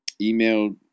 email